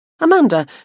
Amanda